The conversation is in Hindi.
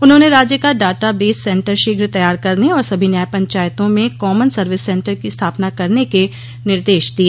उन्होंने राज्य का डाटा बेस सेन्टर शीघ्र तैयार करने और सभी न्याय पंचायतों में कॉमन सर्विस सेन्टर की स्थापना करने के निर्देश दिए